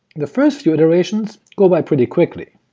the first few iterations go by pretty quickly.